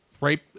right